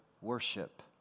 worship